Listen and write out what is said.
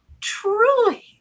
truly